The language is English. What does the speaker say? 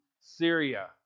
Syria